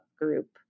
group